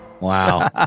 Wow